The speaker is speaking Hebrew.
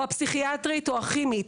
הפסיכיאטרית או הכימית.